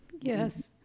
Yes